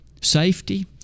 safety